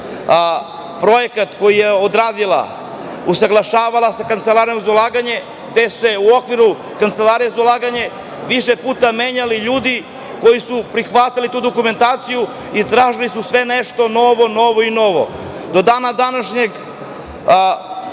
projekat koji je odradila usaglašavala sa Kancelarijom za ulaganje, gde su se u okviru Kancelarije za ulaganje više puta menjali ljudi koji su prihvatali tu dokumentaciju i tražili su sve nešto novo i novo.